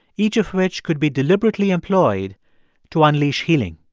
each of which could be deliberately employed to unleash healing.